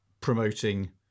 promoting